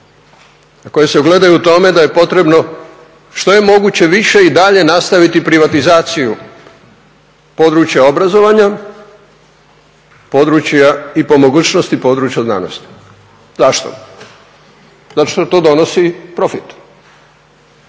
a koje se ugledaju u tome da je potrebno što je moguće više i dalje nastaviti privatizaciju područja obrazovanja, područja i po mogućnosti područja znanosti. Zašto? Zato što to donosi profit.